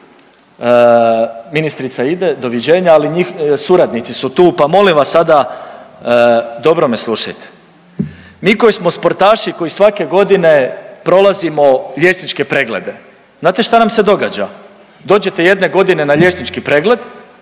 ministrica ide, doviđenja, ali suradnici su tu pa molim vas sada dobro me slušajte. Mi koji smo sportaši koji svake godine prolazimo liječnike preglede znate šta nam se događa, dođete jedne godine na liječnički pregled,